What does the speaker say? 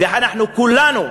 ואנחנו, כולנו,